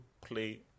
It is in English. play